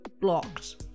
blocked